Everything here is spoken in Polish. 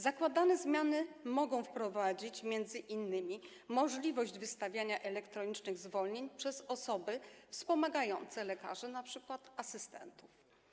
Zakładane zmiany mogą wprowadzić m.in. możliwość wystawiania elektronicznych zwolnień przez osoby wspomagające lekarzy, np. asystentów.